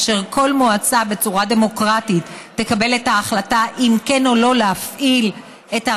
וכל מועצה תקבל בצורה דמוקרטית את ההחלטה אם כן או לא להפעיל ברשות,